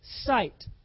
sight